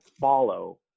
follow